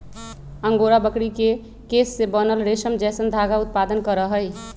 angora बकरी के केश से बनल रेशम जैसन धागा उत्पादन करहइ